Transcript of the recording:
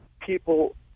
people